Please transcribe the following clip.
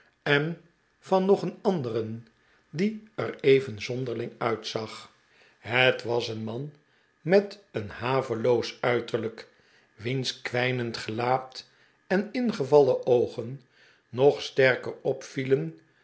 en van nog een anderen die er even zonderling uitzag het was een man met een haveloos uiterlijk wiens kwijnend gelaat en ingevallen oogen nog sterker opvielen